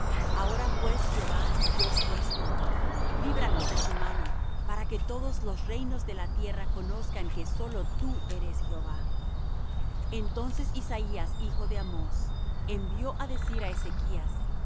ahora pues jehová dios nuestro líbranos de su mano para que todos los reinos de la tierra conozcan que sólo tú eres jehová entonces isaías hijo de amoz envió á decir á ezechas